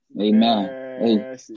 Amen